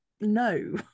no